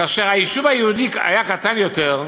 כאשר היישוב היהודי היה קטן יותר,